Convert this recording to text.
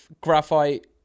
graphite